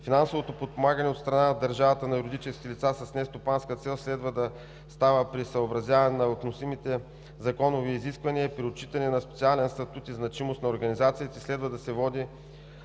Финансовото подпомагане от страна на държавата на юридическите лица с нестопанска цел следва да става при съобразяване с относимите законови изисквания и при отчитане на специалния статут и значимост на организациите, и следва да води